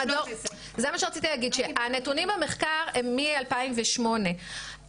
הנתונים במחקר הם מ-2008,